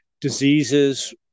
diseases